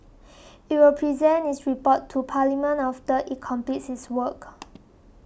it will present its report to Parliament after it completes its work